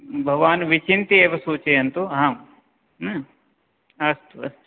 भवान् विचिन्त्य एव सूचयन्तु आम् अस्तु अस्तु